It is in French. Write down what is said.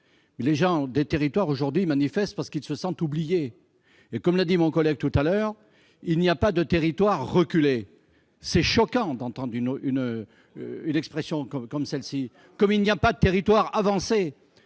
des gens des territoires. Ils manifestent, car ils se sentent oubliés. Or, comme l'a dit notre collègue tout à l'heure, il n'y a pas de « territoires reculés »- il est choquant d'entendre une expression comme celle-ci -, comme il n'y a pas de territoires « avancés